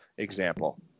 example